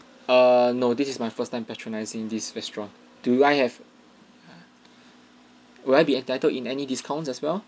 uh no this is my first time patronising this restaurant do I have would I be entitled in any discounts as well